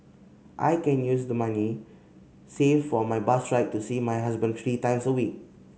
I can use the money saved for my bus ride to see my husband three times a week